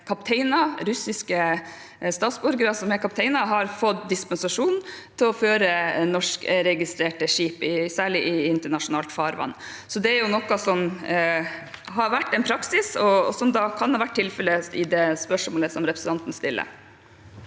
russiske statsborgere som er kapteiner, har fått dispensasjon til å føre norskregistrerte skip, særlig i internasjonalt farvann. Så det er jo noe som har vært en praksis, og som kan ha vært tilfellet med tanke på det spørsmålet som representanten stiller.